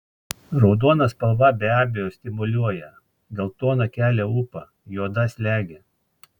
raudona spalva be abejo stimuliuoja geltona kelia ūpą juoda slegia